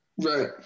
Right